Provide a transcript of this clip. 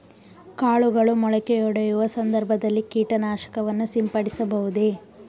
ಕಾಳುಗಳು ಮೊಳಕೆಯೊಡೆಯುವ ಸಂದರ್ಭದಲ್ಲಿ ಕೀಟನಾಶಕವನ್ನು ಸಿಂಪಡಿಸಬಹುದೇ?